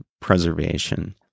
preservation